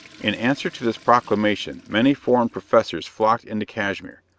in answer to this proclamation many foreign professors flocked into cashmere,